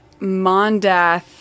Mondath